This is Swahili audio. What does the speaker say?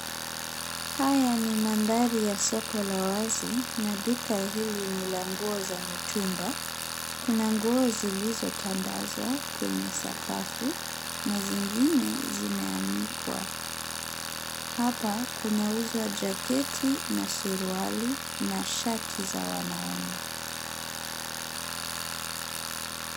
Haya ni mandhari ya soko la wazi, na duka hili ni la nguo za mitumba. Kuna nguo zilizotandazwa, kwenye sakafu, na zingine zimeanikwa. Hapa kunauzwa jaketi na suruali na shati za wanaume.